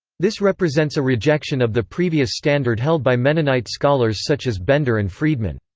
this represents a rejection of the previous standard held by mennonite scholars such as bender and friedmann.